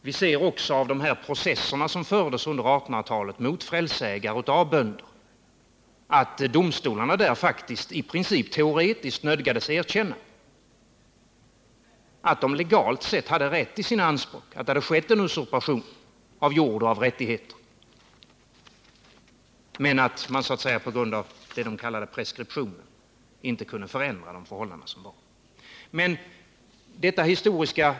Vi ser också av processer som bönder förde på 1800-talet mot frälseägare att domstolarna faktiskt i princip teoretiskt nödgades erkänna att bönderna legalt sett hade rätt i sina anspråk, att det hade skett en usurpation av jord och av rättigheter, men att man på grund av det man kallade preskription inte kunde förändra de förhållanden som rådde.